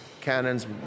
Cannons